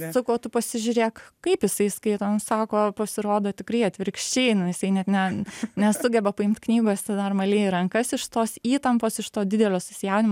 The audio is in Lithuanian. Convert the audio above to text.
sakau tu pasižiūrėk kaip jisai skaito sako pasirodo tikrai atvirkščiai na jisai net ne nesugeba paimt knygos dar normaliai į rankas iš tos įtampos iš to didelio susijaudinimo